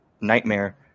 nightmare